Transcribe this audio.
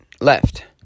left